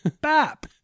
Bap